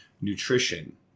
Nutrition